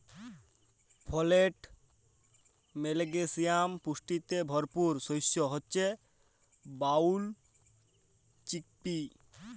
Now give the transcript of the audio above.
folate, magnesium পুষ্টিতে ভরপুর শস্য হচ্যে ব্রাউল চিকপি